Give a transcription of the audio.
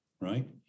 right